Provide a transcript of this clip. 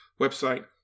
website